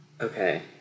okay